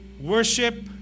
worship